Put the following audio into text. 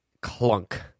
Clunk